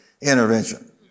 intervention